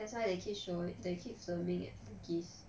that's why they keep show it that they keep filming at bugis